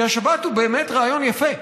כי השבת היא באמת רעיון יפה,